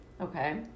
Okay